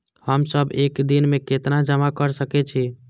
हम सब एक दिन में केतना जमा कर सके छी?